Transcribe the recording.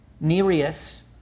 Nereus